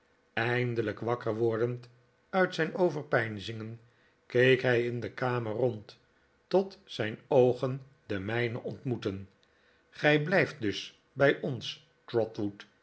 eindelijk wakker wordend uit zijn overpeinzingen keek hij in de kamer rond tot zijn oogen de mijne ontmoetten gij blijft dus bij ons